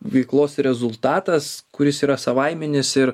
veiklos rezultatas kuris yra savaiminis ir